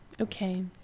okay